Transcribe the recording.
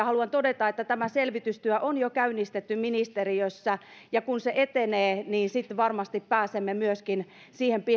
haluan todeta että tämä selvitystyö on jo käynnistetty ministeriössä ja kun se etenee niin sitten varmasti pääsemme myöskin siihen